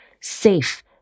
safe